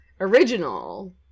original